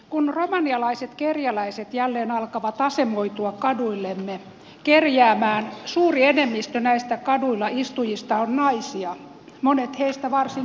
kun romanialaiset kerjäläiset jälleen alkavat asemoitua kaduillemme kerjäämään suuri enemmistö näistä kaduilla istujista on naisia monet heistä varsin iäkkäitä